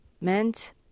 meant